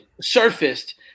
surfaced